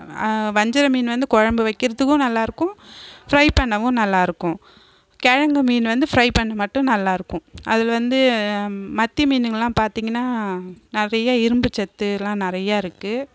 வஞ்சரம் மீன் வந்து குழம்பு வைக்கிறதுக்கும் நல்லாயிருக்கும் ஃபிரை பண்ணவும் நல்லாயிருக்கும் கிழங்கா மீன் வந்து ஃபிரை பண்ணா மட்டும் நல்லாயிருக்கும் அது வந்து மத்தி மீனுங்கலாம் பார்த்திங்கன்னா நிறைய இரும்பு சத்துலாம் நிறைய இருக்குது